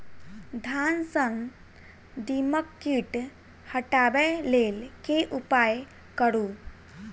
धान सँ दीमक कीट हटाबै लेल केँ उपाय करु?